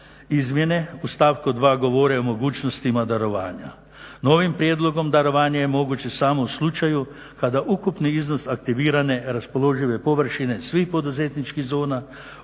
Izmjene u stavku 2.govore o mogućnostima darovanja. Novim prijedlogom darovanje je moguće samo u slučaju kada ukupni iznos aktivirane raspoložive površine svih poduzetničkih zona